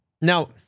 Now